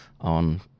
on